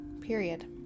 Period